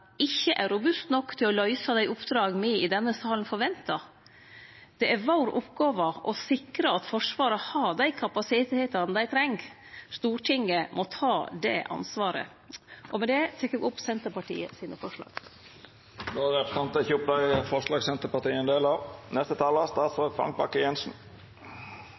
ikkje er robust nok til å løyse dei oppdraga me i denne salen forventar. Det er vår oppgåve å sikre at Forsvaret har dei kapasitetane dei treng. Stortinget må ta det ansvaret. Med det tek eg opp dei forslaga Senterpartiet har åleine, og dei me er ein del av.